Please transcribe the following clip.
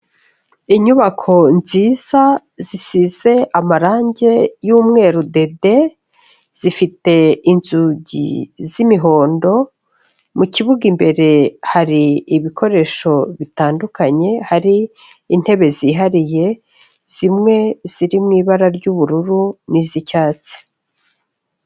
Inyubako nziza, zisize amarange y'umweru dede, zifite inzugi z'imihondo, mu kibuga imbere hari ibikoresho bitandukanye, hari intebe zihariye, zimwe ziri mu ibara ry'ubururu n'iz'icyatsi.